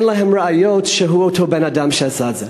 להם ראיות שהוא אותו בן-אדם שעשה את זה?